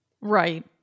Right